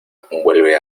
vuelve